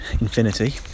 infinity